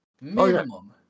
minimum